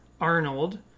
Arnold